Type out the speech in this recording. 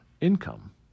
income